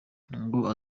ngo